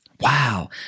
Wow